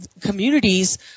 communities